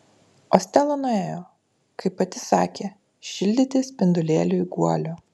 o stela nuėjo kaip pati sakė šildyti spindulėliui guolio